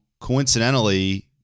coincidentally